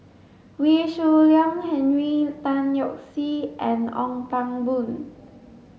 Wee Shoo Leong Henry Tan Yoke See and Ong Pang Boon